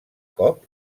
cop